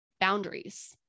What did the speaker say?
boundaries